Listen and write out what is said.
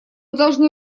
должны